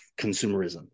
consumerism